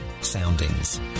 Soundings